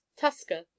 Tusker